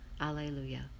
Alleluia